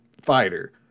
fighter